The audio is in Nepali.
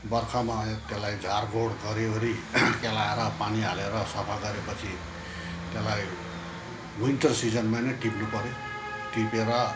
वर्खामा त्यसलाई झार गोड गरिवरी केलाएर पानी हालेर सफा गरेपछि त्यसलाई विन्टर सिजनमा नै टिप्नु पऱ्यो टिपेर